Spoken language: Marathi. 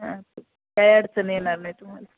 हा काही अडचण येणार नाही तुम्हाला